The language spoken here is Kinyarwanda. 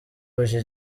live